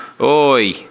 Oi